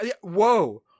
whoa